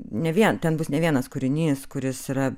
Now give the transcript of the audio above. ne vien ten bus ne vienas kūrinys kuris yra